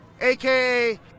aka